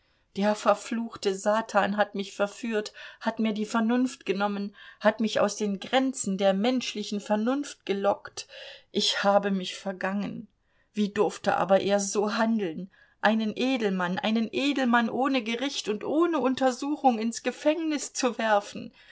der verfluchte satan hat mich verführt hat mir die vernunft genommen hat mich aus den grenzen der menschlichen vernunft gelockt ich habe mich vergangen wie durfte aber er so handeln einen edelmann einen edelmann ohne gericht und ohne untersuchung ins gefängnis zu werfen